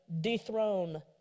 dethrone